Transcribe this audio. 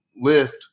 lift